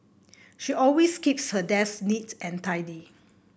she always keeps her desk neat and tidy